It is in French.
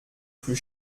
plus